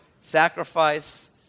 sacrifice